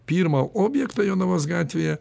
pirmą objektą jonavos gatvėje